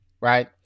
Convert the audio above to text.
Right